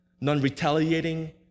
non-retaliating